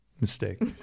Mistake